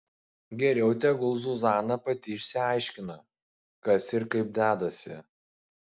geriau tegul zuzana pati išsiaiškina kas ir kaip dedasi